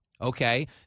Okay